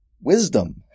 wisdom